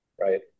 right